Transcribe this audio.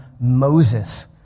Moses